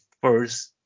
first